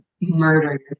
murder